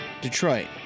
detroit